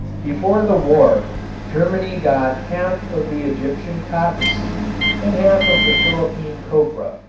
before the war germany got half of the egyptian cottonseed and half of the philippine copra.